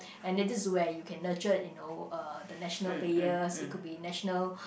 and then this where you can nurtured you know uh the national player it could be national